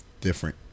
different